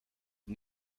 het